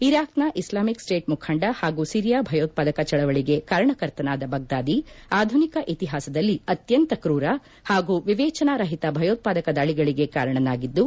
ಇರಾಕ್ನ Islamic state ಮುಖಂಡ ಹಾಗೂ Syria ಭಯೋತ್ವಾದಕ ಚಳವಳಿಗೆ ಕಾರಣಕರ್ತನಾದ ಬಗ್ದಾದಿ ಆಧುನಿಕ ಇತಿಹಾಸದಲ್ಲಿ ಅತ್ಯಂತ ಕ್ರೂರ ಹಾಗೂ ವಿವೇಚನಾರಹಿತ ಭಯೋತ್ವಾದಕ ದಾಳಗಳಗೆ ಕಾರಣನಾಗಿದ್ದು